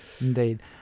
indeed